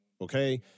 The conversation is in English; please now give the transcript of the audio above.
okay